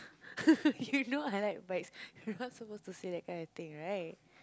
you know I like bikes you're not suppose to say that kind of thing right